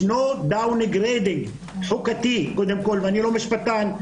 ישנו downgrading חוקתי קודם כל ואני לא משפטן,